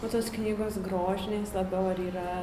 o tos knygos grožinės labiau ar yra